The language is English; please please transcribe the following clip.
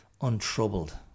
untroubled